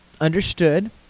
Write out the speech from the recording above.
understood